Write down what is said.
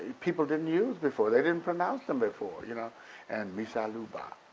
people didn't use before, they didn't pronounce them before. you know and missa luba.